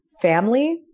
family